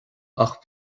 ach